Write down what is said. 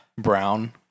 Brown